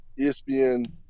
ESPN